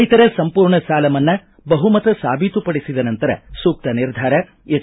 ರೈತರ ಸಂಪೂರ್ಣ ಸಾಲ ಮನ್ನಾ ಬಹುಮತ ಸಾಬೀತು ಪಡಿಸಿದ ನಂತರ ಸೂಕ್ತ ನಿರ್ಧಾರ ಎಚ್